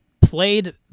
played